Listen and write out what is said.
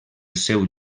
seu